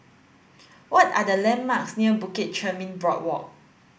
what are the landmarks near Bukit Chermin Boardwalk